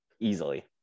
easily